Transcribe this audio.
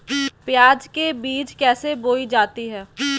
प्याज के बीज कैसे बोई जाती हैं?